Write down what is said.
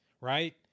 right